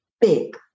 big